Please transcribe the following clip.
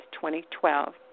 2012